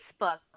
Facebook